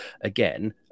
Again